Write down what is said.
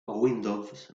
windows